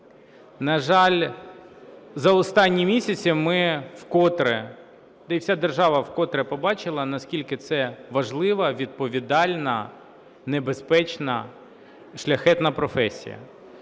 На жаль, за останні місяці ми вкотре, і вся держава вкотре побачила, наскільки це важлива, відповідальна, небезпечна, шляхетна професія.